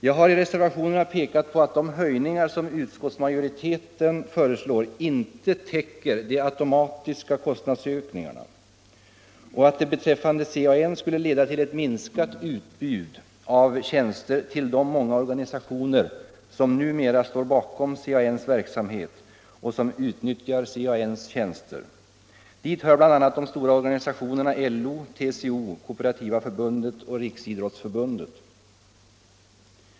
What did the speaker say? Jag har i reservationerna pekat på att de höjningar som utskottsmajoriteten föreslår inte täcker de automatiska kostnadsökningarna, vilket beträffande CAN skulle leda till ett minskat utbud av tjänster till de många organisationer som numera står bakom CAN:s verksamhet och som utnyttjar CAN:s tjänster. Dit hör bl.a. de stora organisationerna LO, TCO, Kooperativa förbundet och Riksidrottsförbundet.